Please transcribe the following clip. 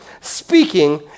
speaking